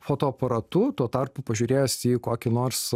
fotoaparatu tuo tarpu pažiūrėjęs į kokį nors